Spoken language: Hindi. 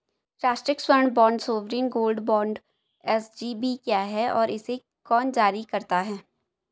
राष्ट्रिक स्वर्ण bond sovereign gold bond SGB क्या है और इसे कौन जारी करता है?